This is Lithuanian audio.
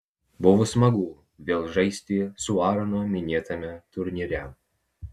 buvo smagu vėl žaisti su aaronu minėtame turnyre